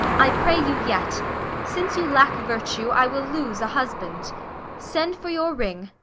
i pray you yet since you lack virtue, i will lose a husband send for your ring,